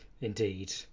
indeed